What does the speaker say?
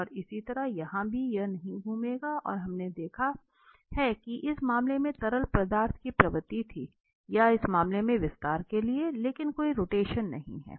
और इसी तरह यहां भी यह नहीं घूमेगा और हमने देखा है कि इस मामले में तरल पदार्थ की प्रवृत्ति थी या इस मामले में विस्तार के लिए लेकिन कोई रोटेशन नहीं है